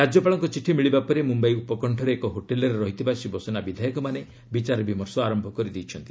ରାଜ୍ୟପାଳଙ୍କ ଚିଠି ମିଳିବା ପରେ ମୁମ୍ୟାଇ ଉପକଣ୍ଷରେ ଏକ ହୋଟେଲ୍ରେ ରହିଥିବା ଶିବସେନା ବିଧାୟକମାନେ ବିଚାରବିମର୍ଶ ଆରମ୍ଭ କରିଦେଇଛନ୍ତି